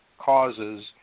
causes